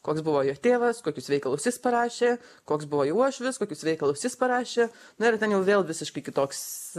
koks buvo jo tėvas kokius veikalus jis parašė koks buvo jo uošvis kokius veikalus jis parašė na ir ten vėl visiškai kitoks